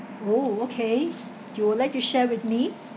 oh okay you would like to share with me